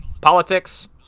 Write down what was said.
politics